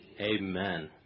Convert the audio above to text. Amen